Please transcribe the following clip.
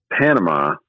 Panama